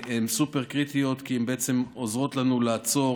הן סופר-קריטיות, כי הן בעצם עוזרות לנו לעצור